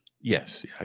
Yes